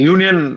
Union